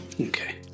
Okay